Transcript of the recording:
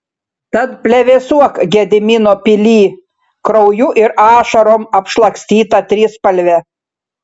tad plevėsuok gedimino pily krauju ir ašarom apšlakstyta trispalve